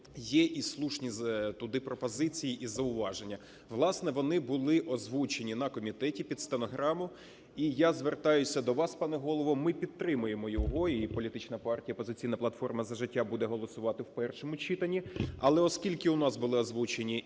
є і слушні туди пропозиції і зауваження. Власне, вони були озвучені на комітеті, під стенограму. І я звертаюся до вас, пане голово. Ми підтримаємо його і політична партія "Опозиційна платформа - За життя" буде голосувати в першому читанні. Але, оскільки, у нас були озвучені